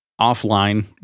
offline